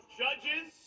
judges